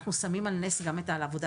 אנחנו שמים על נס גם את עבודתם.